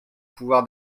pouvoir